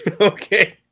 Okay